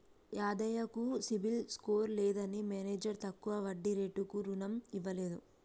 యాదయ్య కు CIBIL score లేదని manager తక్కువ వడ్డీ రేటుకు రుణం ఇవ్వలేదు